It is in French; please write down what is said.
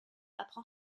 apprend